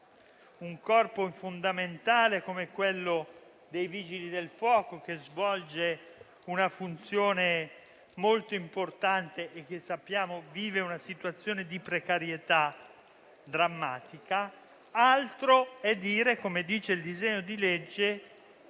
un corpo fondamentale, come quello dei Vigili del fuoco, che svolge una funzione molto importante e che sappiamo vive una situazione di precarietà drammatica, altro è dire, come afferma il disegno di legge,